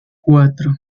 cuatro